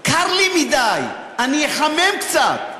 קר לי מדי, אני אחמם קצת,